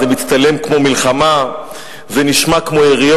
זה מצטלם כמו מלחמה,/ זה נשמע כמו יריות"